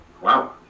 wow